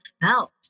felt